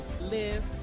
live